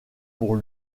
pour